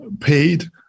paid